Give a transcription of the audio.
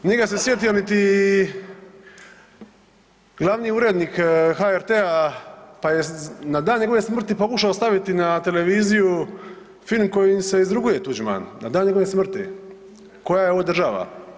Nije ga se sjetio niti glavni urednik HRT-a pa je na dan njegove smrti pokušao staviti na televiziju film kojim se izruguje Tuđman, na dan njegove smrti „Koja je ovo država“